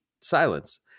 silence